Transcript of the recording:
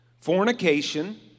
Fornication